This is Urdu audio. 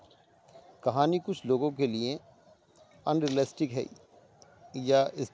کہانی کچھ لوگوں کے لیے ان رلیسٹک ہے یا